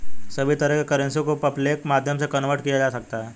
सभी तरह की करेंसी को पेपल्के माध्यम से कन्वर्ट किया जा सकता है